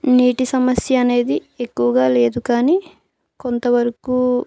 నీటి సమస్య అనేది ఎక్కువగా లేదు కానీ కొంతవరకూ